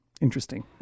Interesting